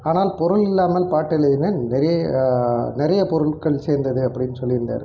ஆனால் பொருள் இல்லாமல் பாட்டு எழுதினேன் நிறை நிறைய பொருள்கள் சேர்ந்தது அப்படின்னு சொல்லிருந்தார்